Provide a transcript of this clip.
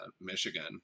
Michigan